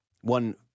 one